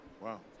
Wow